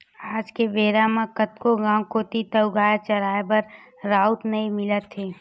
आज के बेरा म कतको गाँव कोती तोउगाय चराए बर राउत नइ मिलत हे